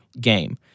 game